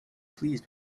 pleased